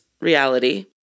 reality